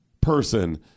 person